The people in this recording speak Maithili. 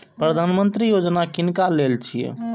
प्रधानमंत्री यौजना किनका लेल छिए?